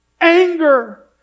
Anger